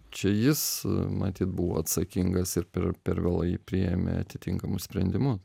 čia jis matyt buvo atsakingas ir per per vėlai priėmė atitinkamus sprendimus